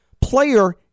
player